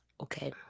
Okay